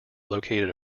located